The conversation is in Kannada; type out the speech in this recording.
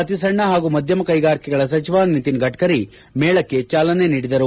ಅತಿಸಣ್ಣ ಹಾಗೂ ಮಧ್ಣಮ ಕ್ಲೆಗಾರಿಕೆಗಳ ಸಚಿವ ನಿತಿನ್ ಗಡ್ತರಿ ಮೇಳಕ್ಕೆ ಚಾಲನೆ ನೀಡಿದರು